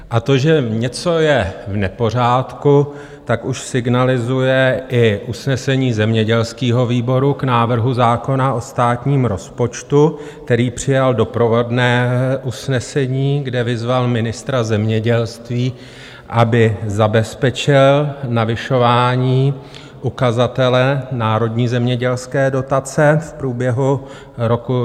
A to, že něco je v nepořádku, už signalizuje i usnesení zemědělského výboru k návrhu zákona o státním rozpočtu, který přijal doprovodné usnesení, kde vyzval ministra zemědělství, aby zabezpečil navyšování ukazatele národní zemědělské dotace v průběhu roku 2023.